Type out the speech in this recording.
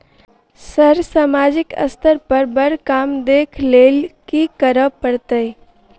Sir सामाजिक स्तर पर बर काम देख लैलकी करऽ परतै?